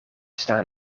staan